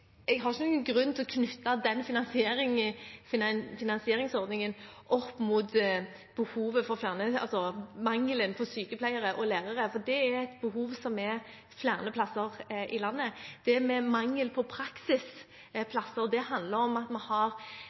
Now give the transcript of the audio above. har ingen grunn til å knytte den finansieringsordningen opp mot mangelen på sykepleiere og lærere, for det er et behov flere plasser i landet. Det med mangel på praksisplasser handler om at vi har